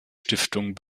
stiftung